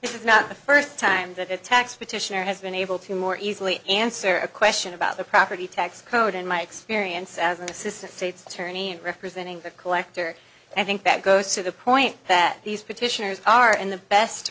this is not the first time that a tax petitioner has been able to more easily answer a question about the property tax code and my experience as an assistant state's attorney representing the collector i think that goes to the point that these petitioners are in the best